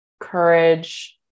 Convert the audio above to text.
courage